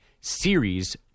series